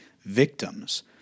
victims